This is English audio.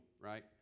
right